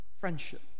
friendship